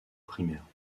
primaire